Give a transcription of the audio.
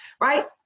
right